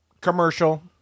commercial